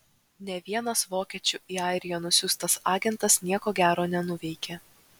nė vienas vokiečių į airiją nusiųstas agentas nieko gero nenuveikė